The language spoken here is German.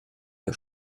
der